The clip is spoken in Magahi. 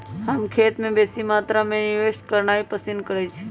हम खेत में बेशी मत्रा में निवेश करनाइ पसिन करइछी